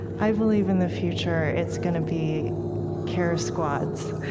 i believe, in the future, it's gonna be care squads,